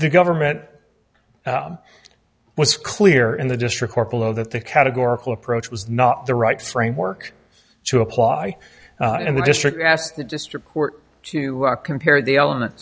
the government was clear in the district court below that the categorical approach was not the right framework to apply in the district asks the district court to compare the element